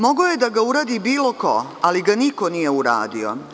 Mogao je da ga uradi bilo ko, ali ga niko nije uradio.